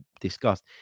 discussed